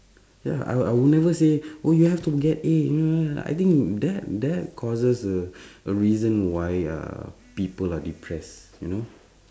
ya I would I would never say oh you have to get A I think that that causes the the reason why uh people are depressed you know